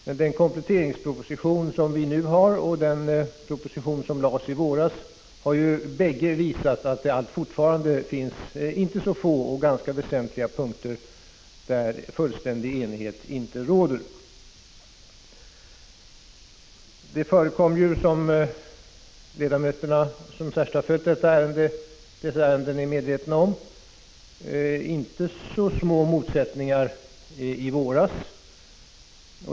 Men den kompletteringsproposition som vi nu har att behandla och den proposition som lades fram i våras har bägge visat att det fortfarande finns inte så få och ganska väsentliga punkter där fullständig enighet inte råder. Det förekom, som de ledamöter som särskilt har följt detta ärende är medvetna om, inte så små motsättningar i våras.